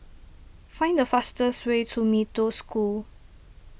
find the fastest way to Mee Toh School